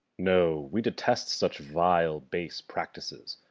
no, we detest such vile base practices.